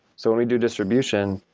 so when we do distribution,